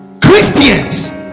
christians